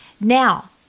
Now